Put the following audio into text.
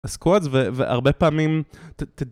הסקואדס, ו-והרבה פעמים... ת-ת